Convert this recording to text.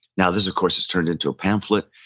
now this, of course, is turned into a pamphlet.